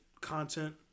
content